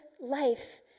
life